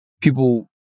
people